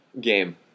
game